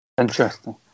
Interesting